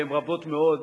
והן רבות מאוד,